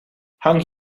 hang